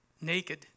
Naked